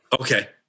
Okay